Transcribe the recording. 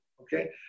okay